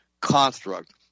construct